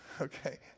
Okay